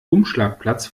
umschlagplatz